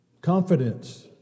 confidence